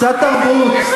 קצת תרבות,